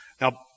Now